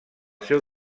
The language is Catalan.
seu